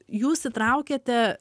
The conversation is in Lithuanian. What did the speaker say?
jūs įtraukiate